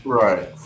right